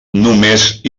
només